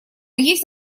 есть